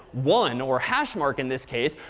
one or hash mark in this case,